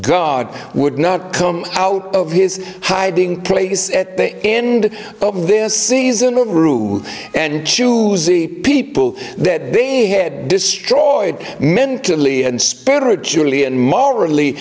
god would not come out of his hiding place at the end of this season of rw and choose the people that they had destroyed mentally and spiritually and morally